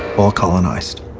all colonized.